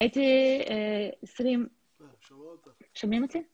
היו כול מיני פעמים שהייתי באמצע בעיה והמפקדת שלי ענתה: